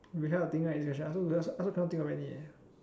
you cannot think right this question I I I also cannot think of any